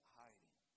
hiding